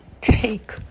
take